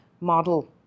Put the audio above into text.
model